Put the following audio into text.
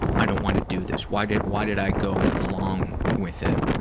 i don't want to do this. why did why did i go along with it?